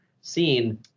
seen